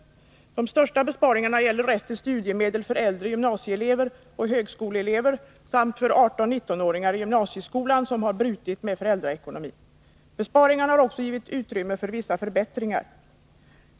De största besparingarna gäller rätt till studiemedel för äldre gymnasieelever och högskoleelever samt för 18 19-åringar i gymnasieskolan vilka har brutit med föräldraekonomin. Besparingarna har också givit utrymme för vissa förbättringar.